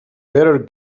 better